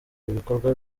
ibikorwa